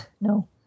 No